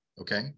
Okay